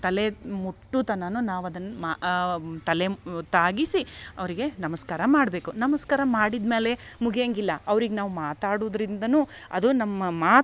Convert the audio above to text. ತಲೆ ಮುಟ್ಟು ತನನು ನಾವು ಅದನ್ನ ಮಾ ತಲೆಮ್ ತಾಗಿಸಿ ಅವರಿಗೆ ನಮಸ್ಕಾರ ಮಾಡಬೇಕು ನಮಸ್ಕಾರ ಮಾಡಿದ್ಮ್ಯಾಲೆ ಮುಗಿಯಂಗಿಲ್ಲ ಅವ್ರಿಗೆ ನಾವು ಮಾತಾಡುದರಿಂದನೂ ಅದು ನಮ್ಮ ಮಾತು